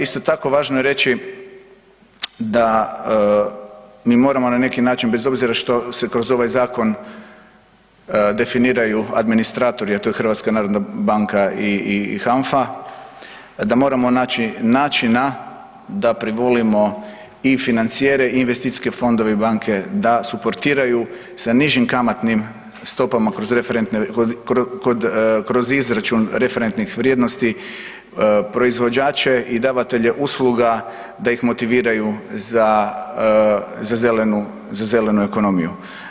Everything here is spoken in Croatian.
Isto tako, važno je reći da mi moramo na neki način, bez obzira što se kroz ovaj zakon definiraju administratori, a to je HNB i HANFA, da moramo naći načina da privolimo i financijere i investicijske fondove i banke da suportiraju sa nižim kamatnim stopama kroz izračun referentnih vrijednosti proizvođače i davatelje usluga da ih motiviraju za zelenu ekonomiju.